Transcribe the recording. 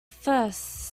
first